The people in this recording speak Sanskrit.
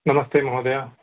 नमस्ते महोदय